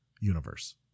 universe